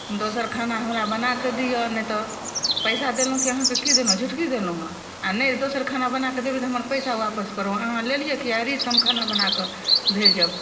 दोसर खाना हमरा बना कऽ दिअ नहि तऽ पैसा देलहुॅं कि अहाँके कि देलहुॅं झुटकी देलहुॅं हँ नहि दोसर खाना बनाए कऽ देबै तऽ हमर पैसा वापिस करब अहाँ लेलियै किया फेरसऽ हम खाना बना कऽ भेजब